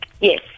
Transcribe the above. Yes